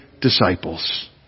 disciples